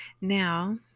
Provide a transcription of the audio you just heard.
Now